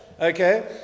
Okay